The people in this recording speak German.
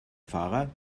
fahrer